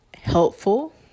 helpful